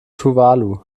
tuvalu